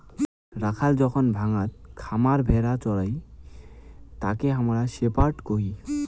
রাখাল যখন ডাঙাত খামার ভেড়া চোরাই তাকে হামরা শেপার্ড কহি